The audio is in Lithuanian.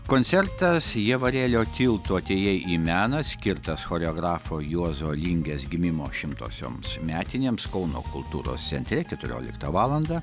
koncertas ievarėlio tiltu atėjai į meną skirtas choreografo juozo lingės gimimo šimtosioms metinėms kauno kultūros centre keturioliktą valandą